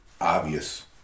obvious